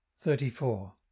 Thirty-four